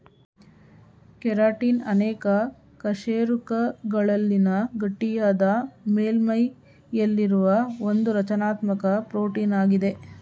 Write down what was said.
keratin ಅನೇಕ ಕಶೇರುಕಗಳಲ್ಲಿನ ಗಟ್ಟಿಯಾದ ಮೇಲ್ಮೈಯಲ್ಲಿರುವ ಒಂದುರಚನಾತ್ಮಕ ಪ್ರೋಟೀನಾಗಿದೆ